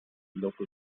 local